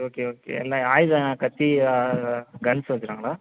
okay okay என்ன ஆயுதம் கத்தி கன்ஸ் வச்சுருக்காங்களா